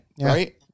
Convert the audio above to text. right